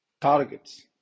targets